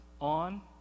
on